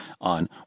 On